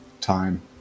time